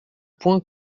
point